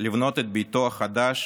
לבנות את ביתו החדש